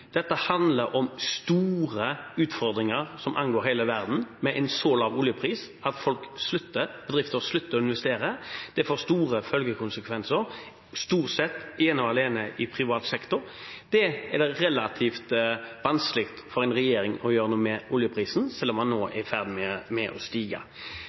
så lav oljepris at bedrifter slutter å investere. Det får store følgekonsekvenser stort sett ene og alene i privat sektor. Det er relativt vanskelig for en regjering å gjøre noe med oljeprisen, selv om den nå er i ferd med å stige.